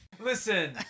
Listen